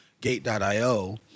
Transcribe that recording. gate.io